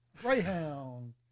Greyhound